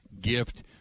gift